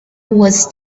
was